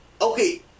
Okay